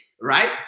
right